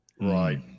Right